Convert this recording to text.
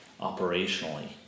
Operationally